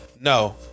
No